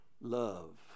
love